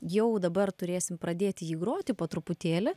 jau dabar turėsim pradėti jį groti po truputėlį